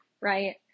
right